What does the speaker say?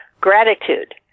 gratitude